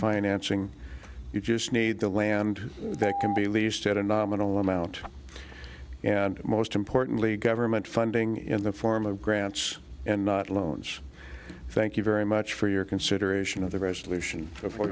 financing you just need the land that can be leased at a nominal amount and most importantly government funding in the form of grants and loans thank you very much for your consideration of the resolution before you